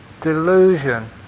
delusion